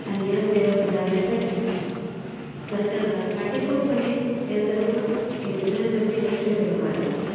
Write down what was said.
आणि या सेवा सुधारण्यासाठी सरकारला काटेकोरपणे या सर्व योजनांवरती लक्ष ठेवावा लागेल